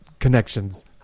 Connections